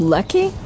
Lucky